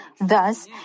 Thus